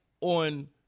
on